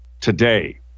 today